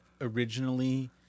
originally